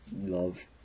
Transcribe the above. love